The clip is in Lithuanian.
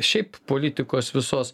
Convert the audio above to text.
šiaip politikos visos